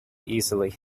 easily